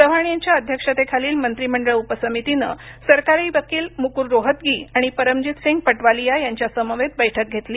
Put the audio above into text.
चव्हाण यांच्या अध्यक्षतेखालील मंत्रिमंडळ उप समितीने सरकारी वकील मुकुल रोहतगी आणि परमजीतसिंग पटवालिया यांच्यासमवेत बैठक घेतली